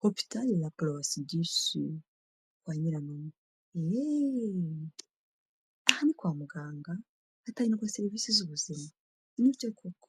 hopitale ra kuruwa di side kwa Nyirankwaya, eee aha ni kwa muganga hatangirwa serivisi z'ubuzima nibyo koko.